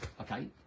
okay